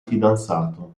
fidanzato